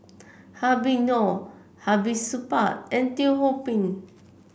Habib Noh Hamid Supaat and Teo Ho Pin